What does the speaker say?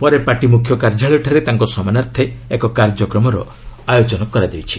ପରେ ପାର୍ଟି ମୁଖ୍ୟ କାର୍ଯ୍ୟାଳୟଠାରେ ତାଙ୍କ ସମ୍ମାନାର୍ଥେ ଏକ କାର୍ଯ୍ୟକମର ଆୟୋଜନ କରାଯାଇଛି